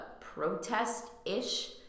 protest-ish